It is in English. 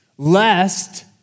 lest